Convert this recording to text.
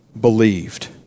believed